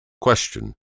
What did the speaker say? Question